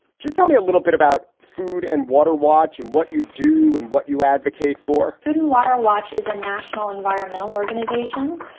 just tell me a little bit about food and water watch and what you do and what you advocate for food and water watch is a national environmental organization.